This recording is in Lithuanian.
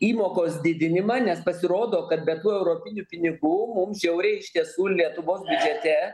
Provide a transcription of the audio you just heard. įmokos didinimą nes pasirodo kad be tų europinių pinigų mums žiauriai iš tiesų lietuvos biudžete